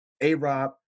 A-Rob